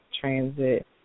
transit